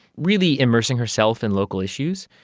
really immersing herself in local issues.